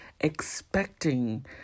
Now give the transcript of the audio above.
expecting